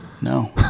No